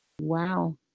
Wow